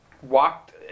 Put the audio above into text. walked